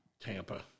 Tampa